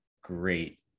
great